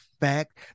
fact